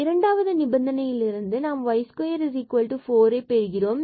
இரண்டாவது நிபந்தனை இல் இருந்து நாம் y2 4ஐ பெறுகிறோம்